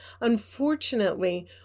Unfortunately